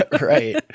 Right